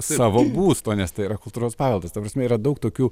savo būsto nes tai yra kultūros paveldas ta prasme yra daug tokių